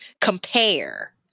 compare